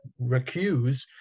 recuse